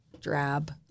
drab